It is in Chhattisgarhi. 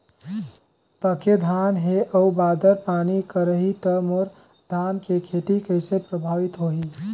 पके धान हे अउ बादर पानी करही त मोर धान के खेती कइसे प्रभावित होही?